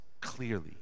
clearly